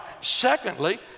Secondly